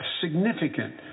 significant